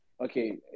okay